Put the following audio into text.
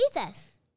Jesus